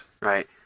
right